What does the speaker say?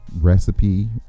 recipe